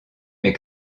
mes